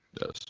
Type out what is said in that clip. Yes